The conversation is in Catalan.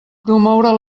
promoure